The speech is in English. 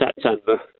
September